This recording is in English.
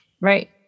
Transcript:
Right